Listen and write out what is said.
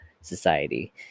society